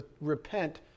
repent